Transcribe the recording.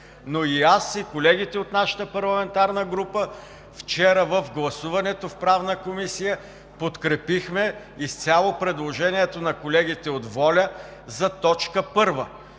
Аз и колегите от нашата парламентарна група вчера в гласуването в Правната комисия подкрепихме изцяло предложението на колегите от „Воля“ за т. 1. Това